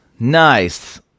nice